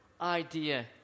idea